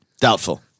Doubtful